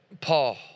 Paul